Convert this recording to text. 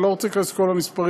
אני לא רוצה להיכנס לכל המספרים,